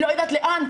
לא יודעת לאן,